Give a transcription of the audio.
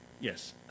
Yes